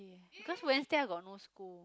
cause Wednesday I got no school